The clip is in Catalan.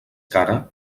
cara